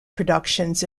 productions